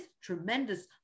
tremendous